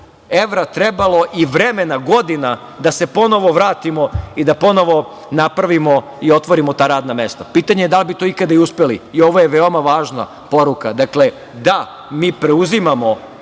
evra trebalo, i vremena i godina da se ponovo vratimo i ponovo napravimo i otvorimo ta radna mesta. Pitanje je da li bi to ikada i uspeli. Ovo je veoma važna poruka. Dakle, da, mi preuzimamo